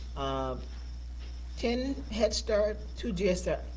um ten head start, two dsrp.